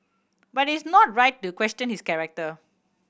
but it is not right to question his character